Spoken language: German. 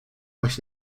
euch